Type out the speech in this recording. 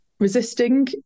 resisting